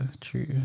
true